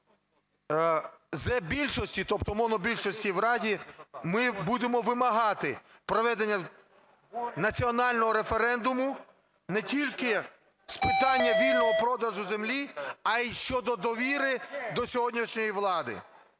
"Зе-більшості", тобто монобільшості в Раді, ми будемо вимагати проведення національного референдуму не тільки з питання вільного продажу землі, а й щодо довіри до сьогоднішньої влади.